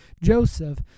Joseph